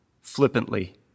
flippantly